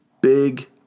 big